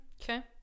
Okay